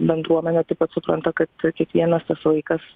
bendruomenė taip pat supranta kad kiekvienas tas vaikas